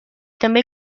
també